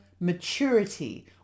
maturity